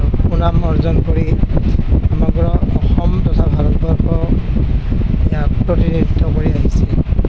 সুনাম অৰ্জন কৰি সমগ্ৰ অসম তথা ভাৰতবৰ্ষ ইয়াক প্ৰতিনিধিত্ব কৰি আহিছে